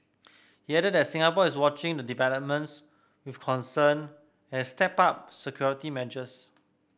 he added that Singapore is watching the developments with concern and stepped up security measures